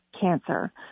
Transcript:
cancer